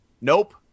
Nope